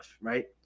right